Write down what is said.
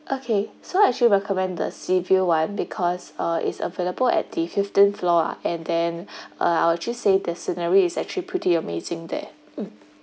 okay so I'll actually recommend the sea view one because uh is available at the fifteenth floor and then uh I will just say the scenery is actually pretty amazing there um